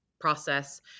process